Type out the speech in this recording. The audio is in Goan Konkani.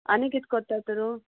आनीक कित्त कोत्ता तूं